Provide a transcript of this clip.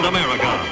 America